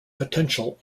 potential